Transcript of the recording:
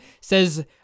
says